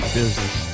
business